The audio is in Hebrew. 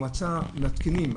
הוא מצא מתקינים,